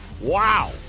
Wow